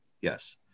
yes